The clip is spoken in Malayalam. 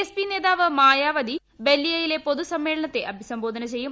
എസ് പി നേതാവ് മായാവ്തി ബല്ലിയയിലെ പൊതുസമ്മേളനത്തെ അഭിസംബോധന ചെയ്യും